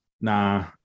nah